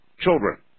children